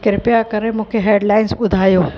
कृपा करे मूंखे हेडलाइंस ॿुधायो